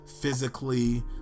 physically